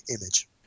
image